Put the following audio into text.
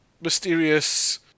mysterious